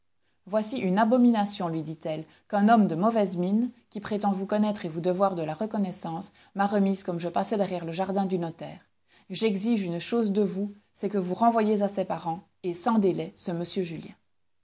voici une abomination lui dit-elle qu'un homme de mauvaise mine qui prétend vous connaître et vous devoir de la reconnaissance m'a remise comme je passais derrière le jardin du notaire j'exige une chose de vous c'est que vous renvoyiez à ses parents et sans délai ce m julien